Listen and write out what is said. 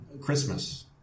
Christmas